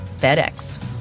FedEx